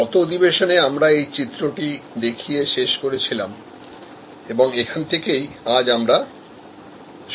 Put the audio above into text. গত সেশনে আমরা এই চিত্রটি দেখিয়ে শেষ করেছিলাম এবং এখান থেকে আজ আমরা শুরু করব